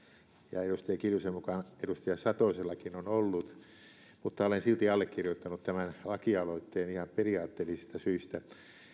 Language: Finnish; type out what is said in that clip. ja edustaja kiljusen mukaan edustaja satosellakin on ollut mutta olen silti allekirjoittanut tämän lakialoitteen ihan periaatteellisista syistä